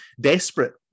desperate